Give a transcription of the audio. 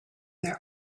their